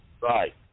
Right